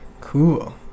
cool